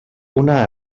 una